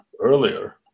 earlier